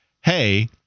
hey